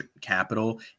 capital